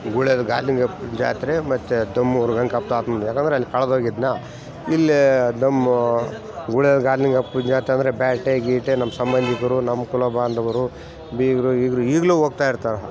ಗುಳ್ಯಾದ ಗಾರ್ನಿಂಗಪ್ಪನ ಜಾತ್ರೆ ಮತ್ತು ದಮ್ಮೂರು ವೆಂಕಪ್ಪ ತಾತಂದು ಯಾಕಂದ್ರೆ ಅಲ್ಲಿ ಕಳೆದ್ ಹೋಗಿದ್ನ ಇಲ್ಲೇ ದಮ್ಮೂ ಗುಳೆ ಗಾರ್ನಿಂಗಪ್ಪನ ಜಾತ್ರೆ ಅಂದರೆ ಬೇಟೆ ಗೀಟೆ ನಮ್ಮ ಸಂಬಂಧಿಕರು ನಮ್ಮ ಕುಲಬಾಂಧವರು ಬೀಗರು ಗೀಗ್ರು ಈಗ್ಲೂ ಹೋಗ್ತಾ ಇರ್ತಾರೆ